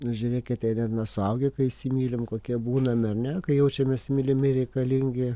nu žiūrėkit jei mes suaugę kai įsimylim kokie būname ar ne kai jaučiamės mylimi reikalingi